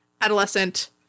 adolescent